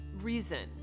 reason